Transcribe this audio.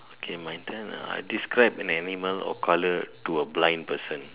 okay my turn ah describe an animal or colour to a blind person